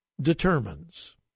determines